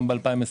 גם ב-2021.